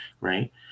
right